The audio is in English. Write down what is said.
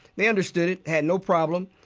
they understood it, had no problem.